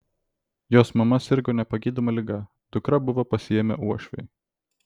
jos mama sirgo nepagydoma liga dukrą buvo pasiėmę uošviai